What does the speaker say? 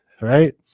right